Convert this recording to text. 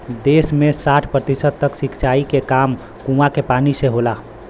देस में साठ प्रतिशत तक सिंचाई के काम कूंआ के पानी से होला